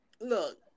Look